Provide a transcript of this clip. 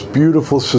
beautiful